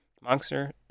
monster